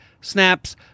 snaps